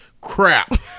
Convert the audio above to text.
crap